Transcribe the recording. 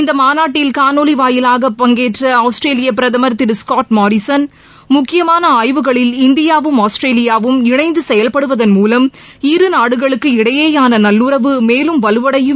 இந்த மாநாட்டில் காணொலி வாயிலாக பங்கேற்ற ஆஸ்திரேலிய பிரதமர் திரு ஸ்காட் மாரிசன் முக்கியமான ஆய்வுகளில் இந்தியாவும் ஆஸ்திரேலியாவும் இணைந்து செயல்படுவதன் மூலம் இரு நாடுகளுக்கிடையேயான நல்லுறவு மேலும் வலுவடையும் என்றார்